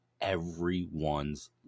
everyone's